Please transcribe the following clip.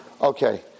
Okay